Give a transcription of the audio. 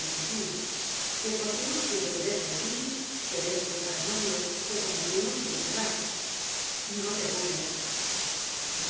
es decir que porque no quiere quererte a ti quererte para novio que como primo sí te querrá jno te burles